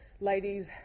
Ladies